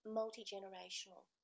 multi-generational